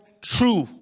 true